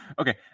Okay